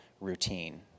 routine